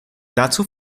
dazu